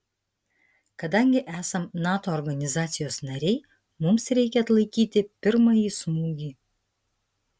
kadangi esam nato organizacijos nariai mums reikia atlaikyti pirmąjį smūgį